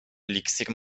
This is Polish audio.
eliksir